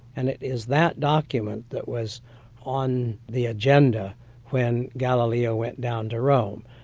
and it is that document that was on the agenda when galileo went down to rome.